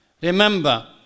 Remember